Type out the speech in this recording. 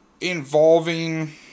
involving